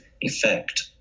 effect